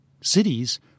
cities